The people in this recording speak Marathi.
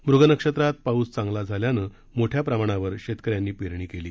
मृग नक्षत्रात पाऊस चांगला झाल्यानं मोठ्या प्रमाणावर शेतकऱ्यांनी पेरणी केली